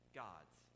gods